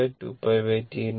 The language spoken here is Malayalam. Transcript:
എന്നാൽ ω 2π T